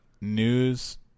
News